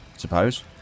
suppose